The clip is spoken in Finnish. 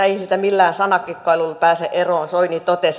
ei siitä millään sanakikkailulla pääse eroon soini totesi